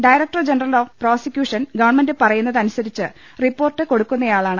director general of prosecution government പറ യു ന്നത് അനു സ രിച്ച് റിപ്പോർട്ട് കൊടുക്കുന്നയാളാണ്